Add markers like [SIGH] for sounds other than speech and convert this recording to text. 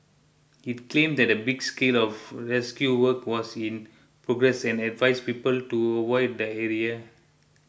it claimed that a big scale of rescue work was in progress and advised people to avoid the [UNINTELLIGIBLE]